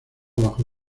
bajo